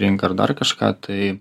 rinka ar dar kažką tai